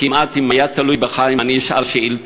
כמעט, אם היה תלוי בך אם אני אשאל שאילתות,